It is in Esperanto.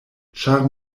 ĉar